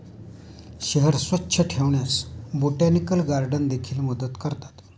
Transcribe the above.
शहर स्वच्छ ठेवण्यास बोटॅनिकल गार्डन देखील मदत करतात